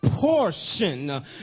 portion